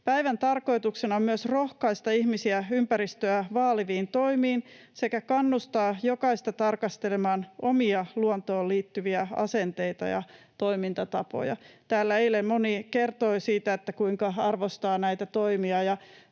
Päivän tarkoituksena on myös rohkaista ihmisiä ympäristöä vaaliviin toimiin sekä kannustaa jokaista tarkastelemaan omia luontoon liittyviä asenteita ja toimintatapoja. Täällä eilen moni kertoi siitä, kuinka arvostaa näitä toimia,